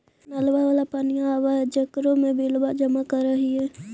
नलवा वाला पनिया आव है जेकरो मे बिलवा जमा करहिऐ?